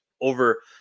over